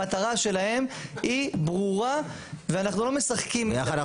המטרה שלהם היא ברורה ואנחנו לא משחקים כאן.